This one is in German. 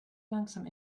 langsam